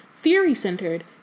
theory-centered